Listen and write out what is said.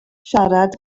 siarad